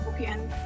okay